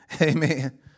Amen